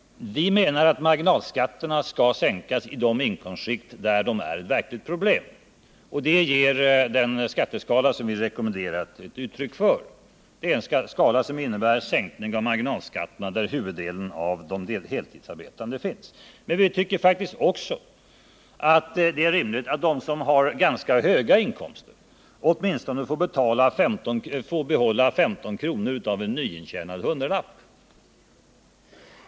Vi menar att marginalskatterna skall sänkas i de inkomstskikt där de utgör ett verkligt problem. Det ger den skatteskala som vi har rekommenderat ett uttryck för. Det är en skatteskala som innebär en sänkning av marginalskatterna i de inkomstskikt där huvuddelen av de heltidsarbetande befinner sig. Vi tycker emellertid också att det är rimligt att de som har höga inkomster åtminstone får behålla 15 kr. av varje nyintjänad hundralapp.